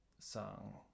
song